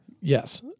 Yes